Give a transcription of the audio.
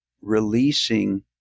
releasing